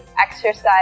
exercise